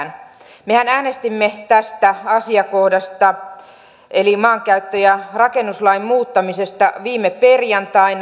mehän äänestimme tästä asiakohdasta eli maankäyttö ja rakennuslain muuttamisesta viime perjantaina